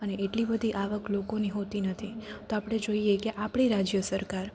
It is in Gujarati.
અને એટલી બધી આવક લોકોની હોતી નથી તો આપણે જોઈએ કે આપણે રાજ્ય સરકાર